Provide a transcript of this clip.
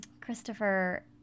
Christopher